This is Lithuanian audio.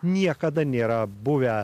niekada nėra buvę